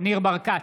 ניר ברקת,